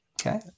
Okay